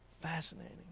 Fascinating